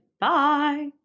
Bye